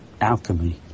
alchemy